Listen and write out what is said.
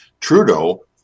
Trudeau